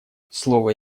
слово